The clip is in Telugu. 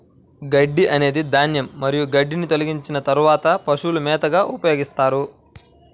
గడ్డి అనేది ధాన్యం మరియు గడ్డిని తొలగించిన తర్వాత పశువుల మేతగా ఉపయోగిస్తారు